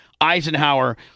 Eisenhower